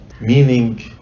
Meaning